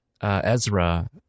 ezra